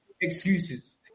Excuses